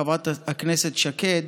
חברת הכנסת שקד.